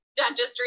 dentistry